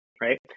Right